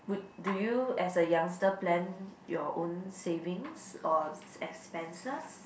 do you as a youngster plan your own savings or expenses